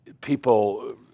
people